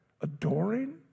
adoring